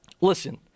listen